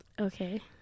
Okay